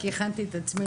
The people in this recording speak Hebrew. כי הכנתי את עצמי לזה,